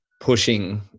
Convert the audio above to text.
pushing